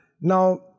Now